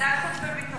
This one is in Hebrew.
ועדת חוץ וביטחון.